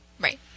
Right